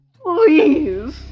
Please